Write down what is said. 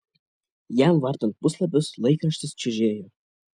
jam vartant puslapius laikraštis čiužėjo